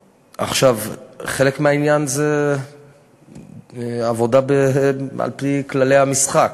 חלק מהעניין זה עבודה על-פי כללי המשחק,